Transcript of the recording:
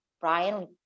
Brian